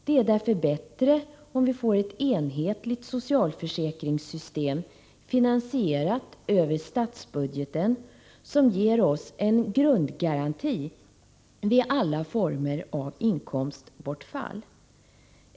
Det är därför bättre om vi får ett enhetligt socialförsäkringssystem, finansierat över statsbudgeten, som ger oss en grundgaranti vid alla former av inkomstbortfall.